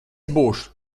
būšu